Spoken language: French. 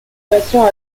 patients